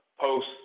post